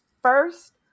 First